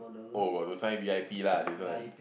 oh got to sign v_i_p lah this one